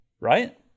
Right